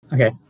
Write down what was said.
Okay